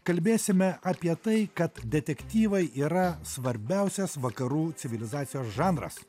kalbėsime apie tai kad detektyvai yra svarbiausias vakarų civilizacijos žanras